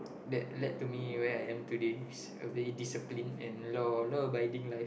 that led to me where I am today is a very discipline and law law abiding life